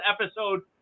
episode